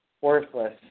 worthless